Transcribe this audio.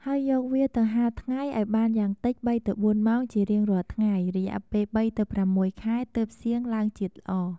ហើយយកវាទៅហាលថ្ងៃឱ្យបានយ៉ាងតិច ៣-៤ ម៉ោងជារៀងរាល់ថ្ងៃ រយៈពេល ៣ ទៅ ៦ ខែ ទើបសៀងឡើងជាតិល្អ។